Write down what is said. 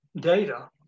data